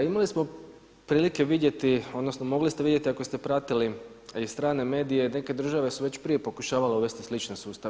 Imali smo prilike vidjeti, odnosno mogli ste vidjeti ako ste pratili i strane medije neke države su već prije pokušavale uvesti slične sustave.